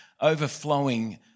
overflowing